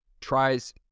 tries